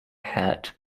hat